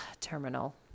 terminal